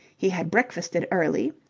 he had breakfasted early,